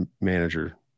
manager